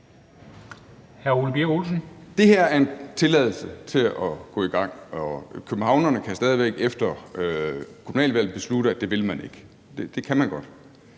Det her er en tilladelse til at gå i gang, og københavnerne kan stadig væk efter kommunalvalget beslutte, at det vil man ikke. Det kan man godt.